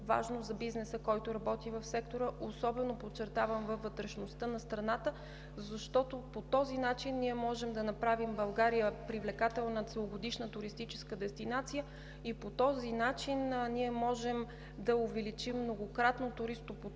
важно за бизнеса, който работи в сектора особено, подчертавам, във вътрешността на страната. По този начин ние можем да направим България привлекателна целогодишна туристическа дестинация и по този начин ние можем да увеличим многократно туристопотока